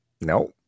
No